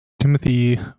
Timothy